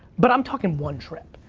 but i'm talkin' one trip.